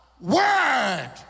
Word